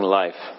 life